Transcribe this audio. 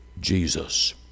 Jesus